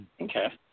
Okay